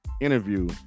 interview